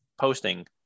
posting